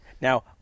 Now